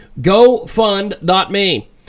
GoFund.me